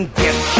get